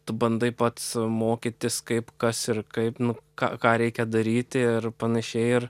tu bandai pats mokytis kaip kas ir kaip nu ką ką reikia daryti ir panašiai ir